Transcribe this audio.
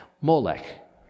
Molech